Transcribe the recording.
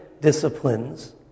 disciplines